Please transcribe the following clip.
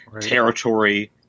territory